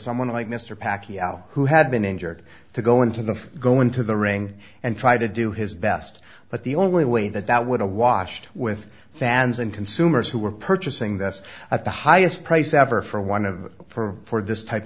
someone like mr paki who had been injured to go into the go into the ring and try to do his best but the only way that that would awash with fans and consumers who were purchasing this at the highest price ever for one of them for this type